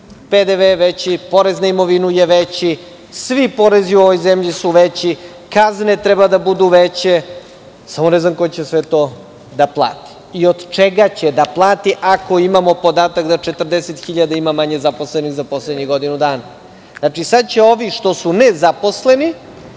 PDV je veći, porez na imovinu je veći, svi porezi u ovoj zemlji su veći, kazne treba da budu veće, ali samo ne znam ko će sve to da plati i od čega će da plati, ako imamo podatak da 40.000 ima manje zaposlenih u poslednjih godinu dana. Znači, sada će ovi što su nezaposleni